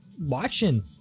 watching